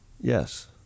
yes